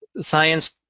science